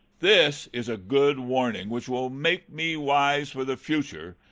this is a good warning, which will make me wise for the future,